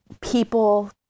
people